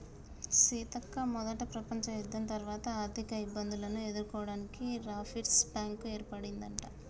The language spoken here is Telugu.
సీతక్క మొదట ప్రపంచ యుద్ధం తర్వాత ఆర్థిక ఇబ్బందులను ఎదుర్కోవడానికి రాపిర్స్ బ్యాంకు ఏర్పడిందట